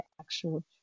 actual